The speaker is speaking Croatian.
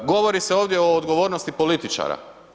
Govori se ovdje o odgovornosti političara.